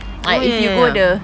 oh ya ya ya